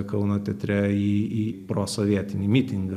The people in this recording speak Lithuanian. kauno teatre į į prosovietinį mitingą